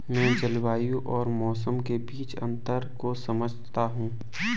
मैं जलवायु और मौसम के बीच अंतर को समझता हूं